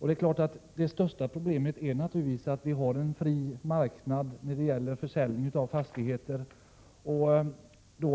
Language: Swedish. detta. Det största problemet är givetvis att vi har en fri marknad när det gäller försäljning av fastigheter.